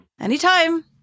Anytime